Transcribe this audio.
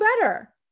better